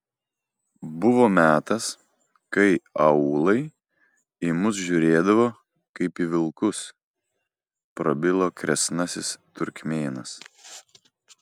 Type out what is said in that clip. buvo metas kai aūlai į mus žiūrėdavo kaip į vilkus prabilo kresnasis turkmėnas